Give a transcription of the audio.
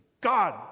God